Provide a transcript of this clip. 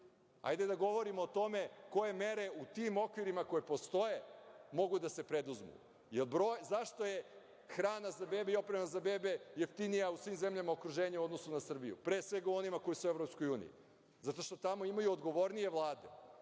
hajde da govorimo o tome koje mere u tim okvirima koje postoje mogu da se preduzmu. Zašto je hrana i oprema za bebe jeftinija u svim zemljama okruženja u odnosu na Srbiju, pre svega u onima koje su u EU? Zato što tamo imaju odgovornije vlade,